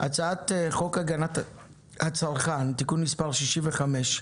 הצעת חוק הגנת הצרכן (תיקון מס' 65)